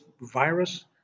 virus